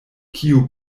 kiu